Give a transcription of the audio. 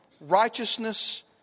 righteousness